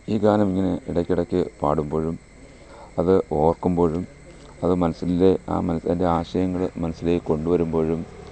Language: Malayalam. ഈ ഗാനം ഇങ്ങനെ ഇടക്കിടക്ക് പാടുമ്പോഴും അത് ഓർക്കുമ്പോഴും അത് മനസ്സിലെ ആ മനസ്സിൻ്റെ ആ ആശയങ്ങൾ മനസ്സിലേക്ക് കൊണ്ട് വരുമ്പോഴും